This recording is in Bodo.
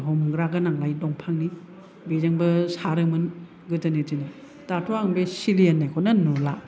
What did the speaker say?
हमग्रा गोनांलाय दंफांनि बेजोंबो सारोमोन गोदोनि दिनाव दाथ' आं बे सिलि होननायखौनो नुला